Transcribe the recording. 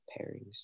pairings